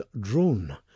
Drone